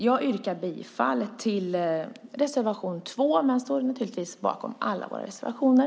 Jag yrkar bifall till reservation 2 men står naturligtvis bakom alla våra reservationer.